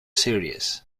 series